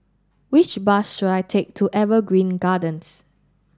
which bus should I take to Evergreen Gardens